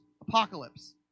apocalypse